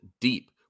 deep